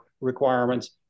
requirements